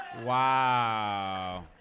Wow